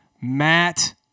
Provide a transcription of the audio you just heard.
Matt